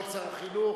כבוד שר החינוך.